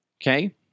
Okay